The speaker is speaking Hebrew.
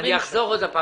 אני אחזור שוב.